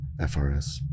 FRS